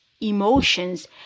emotions